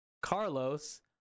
Carlos